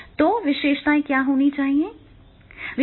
तो क्या विशेषताएं होनी चाहिए